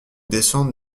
descendre